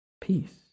peace